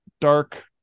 dark